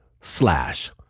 slash